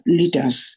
leaders